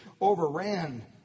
overran